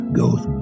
goes